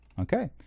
Okay